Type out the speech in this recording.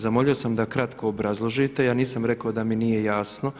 Zamolio sam da kratko obrazložite, ja nisam rekao da mi nije jasno.